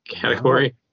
category